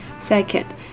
Second